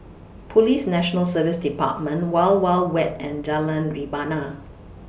Police National Service department Wild Wild Wet and Jalan Rebana